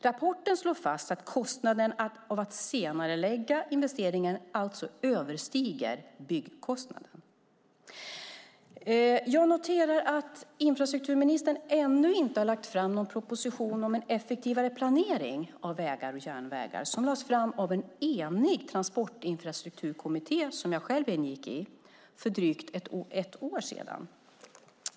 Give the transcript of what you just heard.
Rapporten slår fast att kostnaden för att senarelägga investeringen alltså överstiger byggkostnaden. Jag noterar att infrastrukturministern ännu inte har lagt fram någon proposition om en effektivare planering av vägar och järnvägar. En enig transportinfrastrukturkommitté, som jag själv ingick i, lade fram ett betänkande för drygt ett år sedan.